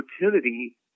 opportunity